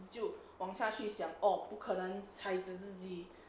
就往下去想 orh 不可能孩子自己